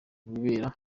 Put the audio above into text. wibera